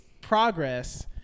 progress